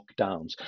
lockdowns